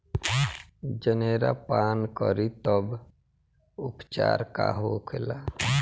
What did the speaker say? जनेरा पान करी तब उपचार का होखेला?